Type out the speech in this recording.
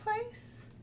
place